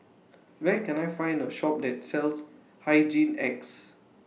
Where Can I Find A Shop that sells Hygin X